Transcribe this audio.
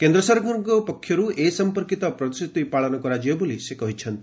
କେନ୍ଦ୍ର ସରକାରଙ୍କ ପକ୍ଷରୁ ଏ ସଂପର୍କିତ ପ୍ରତିଶ୍ରତି ପାଳନ କରାଯିବ ବୋଲି ସେ କହିଛନ୍ତି